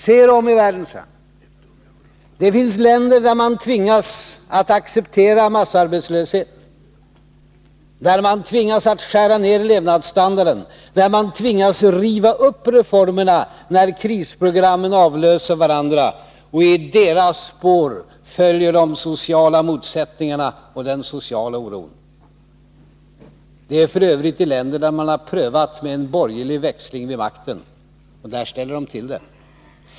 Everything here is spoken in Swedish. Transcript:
— ”Se er om i världen. Det finns länder där man tvingas att acceptera massarbetslöshet, där man tvingas skära ner levnadsstandarden, där man tvingas riva upp reformerna när krisprogrammen avlöser varandra och i deras spår följer de sociala motsättningarna och den sociala oron. Det är för övrigt i länder där man har prövat med borgerlig växling vid makten. Och där ställer de till det.